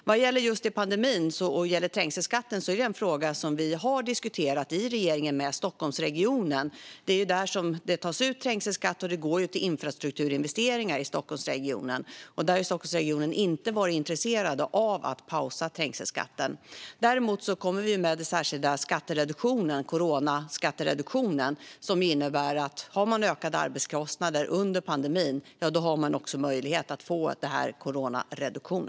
När det gäller just pandemin och trängselskatten är det en fråga som vi har diskuterat i regeringen med Stockholmsregionen. Det är där som det tas ut trängselskatt, och den går till infrastrukturinvesteringar i Stockholmsregionen. Men Stockholmsregionen har inte varit intresserad av att pausa trängselskatten. Däremot kommer vi med den särskilda skattereduktionen, coronaskattereduktionen, som innebär att om man har ökade arbetskostnader under pandemin har man också möjlighet att få denna coronareduktion.